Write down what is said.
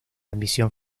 emisión